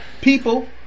people